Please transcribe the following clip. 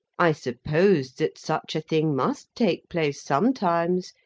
i supposed that such a thing must take place sometimes,